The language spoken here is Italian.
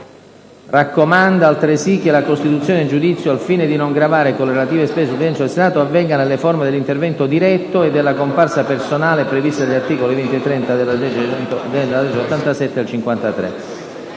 «raccomanda, altresì, che la costituzione in giudizio, al fine di non gravare, con le relative spese, sul bilancio del Senato, avvenga nelle forme dell'intervento diretto e della comparsa personale prevista dagli articoli 20 e 37 della legge n. 87 del 1953».